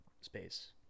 space